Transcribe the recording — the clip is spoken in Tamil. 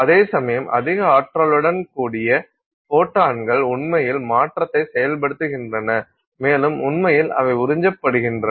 அதேசமயம் அதிக ஆற்றலுடன் கூடிய ஃபோட்டான்கள் உண்மையில் மாற்றத்தை செயல்படுத்துகின்றன மேலும் உண்மையில் அவை உறிஞ்சப்படுகின்றன